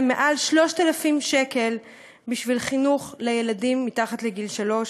מעל 3,000 שקל בשביל חינוך לילדים מתחת לגיל שלוש